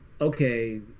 okay